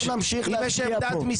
אנחנו נמשיך להשקיע פה.